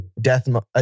death